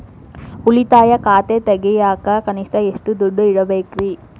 ಉಳಿತಾಯ ಖಾತೆ ತೆಗಿಯಾಕ ಕನಿಷ್ಟ ಎಷ್ಟು ದುಡ್ಡು ಇಡಬೇಕ್ರಿ?